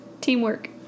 teamwork